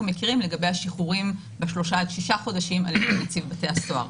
מכירים לגבי השחרורים ב-3 עד 6 חודשים על-ידי נציב בתי הסוהר.